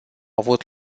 avut